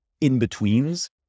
in-betweens